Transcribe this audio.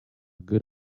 good